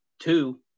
Two